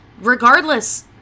Regardless